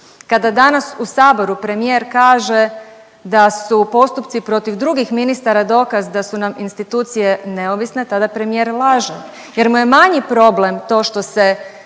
Kada danas u Saboru premijer kaže da su postupci protiv drugih ministara dokaz da su nam institucije neovisne, tada premijer laže jer mu je manji problem to što se